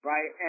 Right